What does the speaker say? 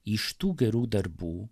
iš tų gerų darbų